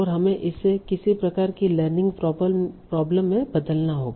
और हमें इसे किसी प्रकार की लर्निंग प्रॉब्लम में बदलना होगा